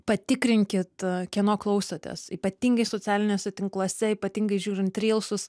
patikrinkit kieno klausotės ypatingai socialiniuose tinkluose ypatingai žiūrint rylsus